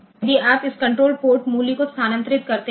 इसलिए यदि आप इस कण्ट्रोल पोर्ट मूल्य को स्थानांतरित करते हैं